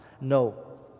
No